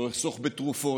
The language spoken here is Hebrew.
לא אחסוך בתרופות,